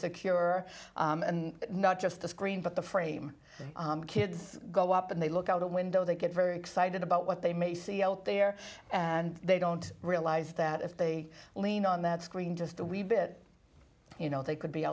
secure and not just the screen but the frame kids go up and they look out the window they get very excited about what they may see out there and they don't realize that if they lean on that screen just a wee bit you know they could be